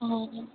অ